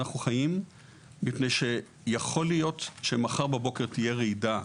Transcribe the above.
אנחנו חיים מפני שיכול להיות שמחר בבוקר תהיה רעידה,